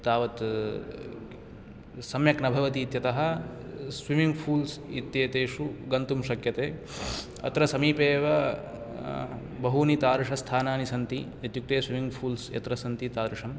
तावत् सम्यक् न भवति इत्यतः स्विमिङ्ग् पूल्स् इत्येतेषु गन्तुं शक्यते अत्र समीपे एव बहूनि तादृशस्थानानि इत्युक्ते स्विमिङ्ग् पूल्स् यत्र सन्ति तादृशम्